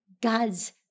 God's